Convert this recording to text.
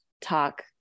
talk